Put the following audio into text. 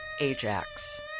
Ajax